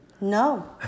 No